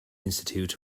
institute